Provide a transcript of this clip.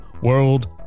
World